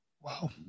Wow